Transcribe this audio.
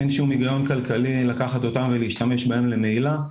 אין שום היגיון כלכלי לקחת אותם ולהשתמש בהם במהילה,